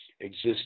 exist